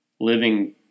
living